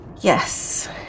Yes